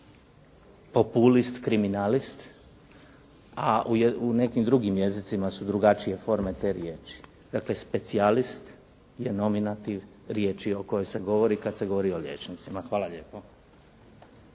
razumije./… kriminalist, a u nekim drugim jezicima su drugačije forme te riječi. Dakle, specijalist je nominativ riječi o kojoj se govori kada se govori o liječnicima. Hvala lijepo.